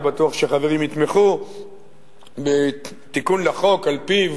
ואני בטוח שחברים יתמכו בתיקון לחוק שעל-פיו